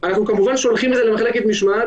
אנחנו כמובן שולחים את זה למחלקת משמעת,